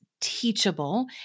teachable